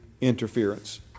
interference